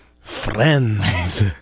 friends